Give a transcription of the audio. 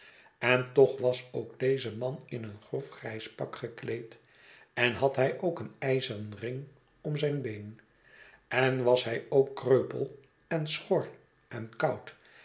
en toch was ook deze man in een grof grijs pak gekleed en had hij ook een ijzeren ring om zijn been en was hij ook kreupel en schor en koud